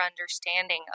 understanding